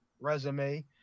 resume